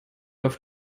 auf